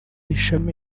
ishami